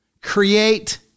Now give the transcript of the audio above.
create